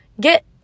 get